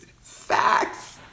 Facts